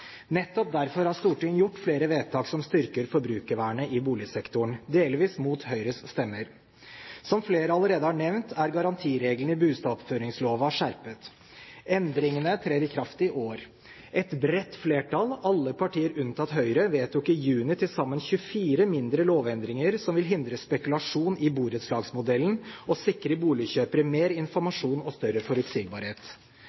Nettopp derfor har Stortinget gjort flere vedtak som styrker forbrukervernet i boligsektoren, delvis mot Høyres stemmer. Som flere allerede har nevnt, er garantireglene i bustadoppføringslova skjerpet. Endringene trer i kraft i år. Et bredt flertall, alle partier unntatt Høyre, vedtok i juni til sammen 24 mindre lovendringer som vil hindre spekulasjon i borettslagsmodellen og sikre boligkjøpere mer